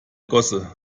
gosse